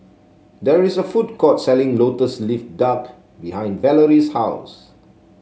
there is a food court selling lotus leaf duck behind Valorie's house